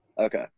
Okay